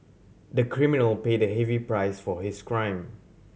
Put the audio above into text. the criminal paid a heavy price for his crime